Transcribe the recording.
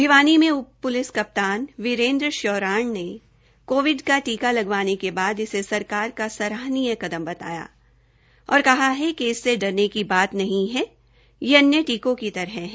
भिवानी में उप पुलिस कप्तान मुख्यालय वीरेन्द्र श्योरण ने कोविड का टीका लगवाने के बाद इसे सरकार का सराहनीय कदम बताया और कहा कि इससे डरने की बात नहीं है यह अन्य टीकों की तरह ही है